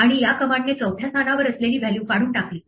आणि या कमांडने चौथ्या स्थानावर असलेली व्हॅल्यू काढून टाकली